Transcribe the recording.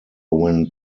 when